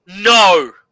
No